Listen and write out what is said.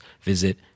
visit